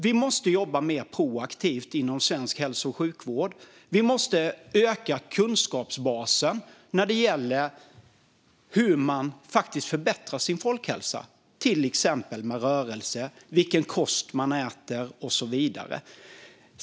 Vi måste jobba mer proaktivt inom svensk hälso och sjukvård. Vi måste öka kunskapsbasen när det gäller hur man faktiskt förbättrar sin hälsa, till exempel med rörelse och kosten man äter.